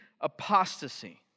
apostasy